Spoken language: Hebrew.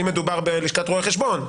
אם מדובר בלשכת רואי חשבון,